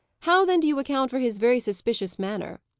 how then do you account for his very suspicious manner?